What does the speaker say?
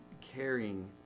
caring